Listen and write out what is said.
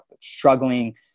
struggling